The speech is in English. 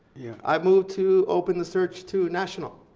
i move to open the search to national